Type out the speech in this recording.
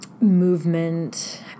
movement